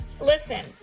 Listen